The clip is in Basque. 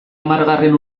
hamargarren